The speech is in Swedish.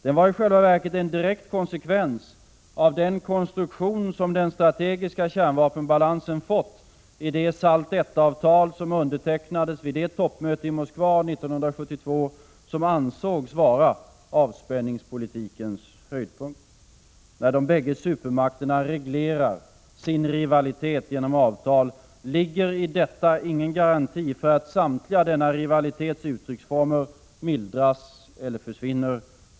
Den var i själva verket en direkt konsekvens av den konstruktion som den strategiska kärnvapenbalansen fått i det SALT I-avtal som undertecknades vid det toppmöte i Moskva 1972 som ansågs vara avspänningspolitikens höjdpunkt. När de bägge supermakterna genom avtal reglerar sin rivalitet, ligger i detta ingen garanti för att samtliga denna rivalitets uttrycksformer mildras eller försvinner.